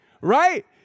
right